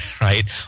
right